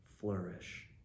flourish